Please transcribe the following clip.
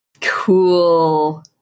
Cool